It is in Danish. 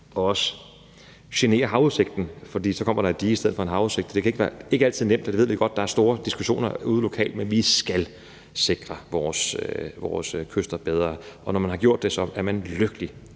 og også generer havudsigten, for så kommer der et dige i stedet for en havudsigt. Det er ikke altid nemt, det ved vi godt, og der er store diskussioner ude lokalt, men vi skal sikre vores kyster bedre, og når man har gjort det, er man lykkelig